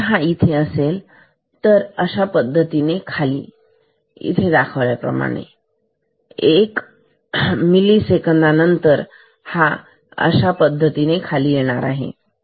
जर हा इथे असेल तर अशा पद्धतीने खाली इथे दाखवल्याप्रमाणे एक मिली सेकंदानंतर हा अशा पद्धतीने खाली येत आहे